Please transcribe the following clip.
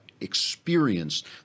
experienced